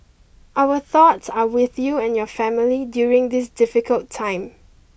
our thoughts are with you and your family during this difficult time